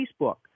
Facebook